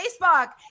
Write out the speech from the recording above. Facebook